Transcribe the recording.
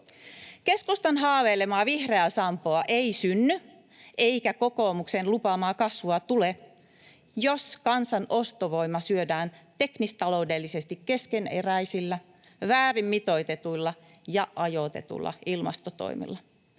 Keskustan haaveilemaa vihreää sampoa ei synny eikä kokoomuksen lupaamaa kasvua tule, jos kansan ostovoima syödään teknistaloudellisesti keskeneräisillä, väärin mitoitetuilla ja ajoitetuilla ilmastotoimilla.